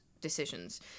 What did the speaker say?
decisions